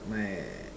my